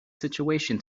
situation